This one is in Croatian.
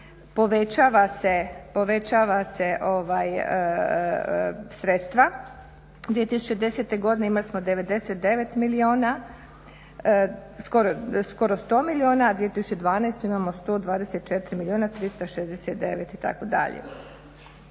povećava se sredstva. 2010.godine imali smo 99 milijuna kuna skoro 100 milijuna, a u 2012.imamo 124 milijuna 369 itd. Iz tablice je